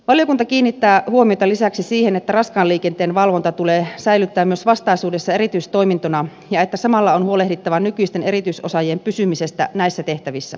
valiokunta kiinnittää huomiota lisäksi siihen että raskaan liikenteen valvonta tulee säilyttää myös vastaisuudessa erityistoimintona ja että samalla on huolehdittava nykyisten erityisosaajien pysymisestä näissä tehtävissä